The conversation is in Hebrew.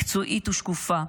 מקצועית ושקופה.